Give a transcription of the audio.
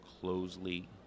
closely